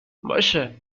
باشه